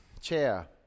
chair